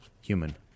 human